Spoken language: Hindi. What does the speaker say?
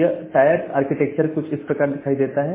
यह टायर आर्किटेक्चर कुछ इस प्रकार दिखाई देता है